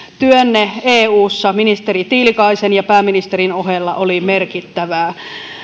työnne eussa ministeri tiilikaisen ja pääministerin ohella oli merkittävää